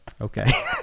okay